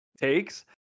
takes